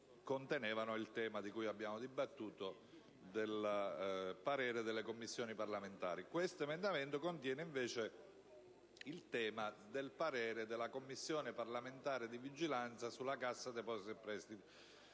riguardavano il tema di cui abbiamo dibattuto del parere delle Commissioni parlamentari. Questo emendamento affronta invece il tema del parere della Commissione di vigilanza sulla Cassa depositi e prestiti,